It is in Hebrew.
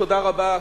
תודה רבה,